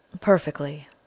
Perfectly